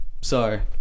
Sorry